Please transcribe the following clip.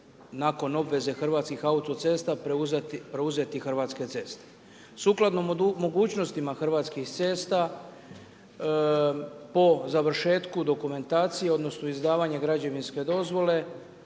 nakon obveze Hrvatskih autoceste, preuzeti Hrvatske ceste. Sukladno mogućnostima Hrvatskih cesta po završetku dokumentacije, odnosno izdavanje građevinske dozvole,